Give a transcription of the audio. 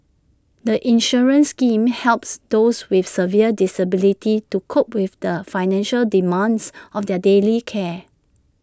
the insurance scheme helps those with severe disabilities to cope with the financial demands of their daily care